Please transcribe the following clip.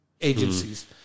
agencies